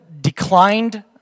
declined